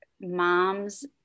moms